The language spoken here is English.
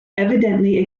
evidently